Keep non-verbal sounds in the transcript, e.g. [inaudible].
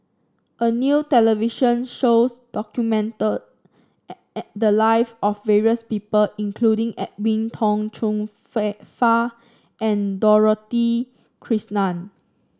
a new television shows documented [noise] the live of various people including Edwin Tong Chun [noise] Fai and Dorothy Krishnan